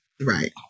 Right